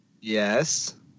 Yes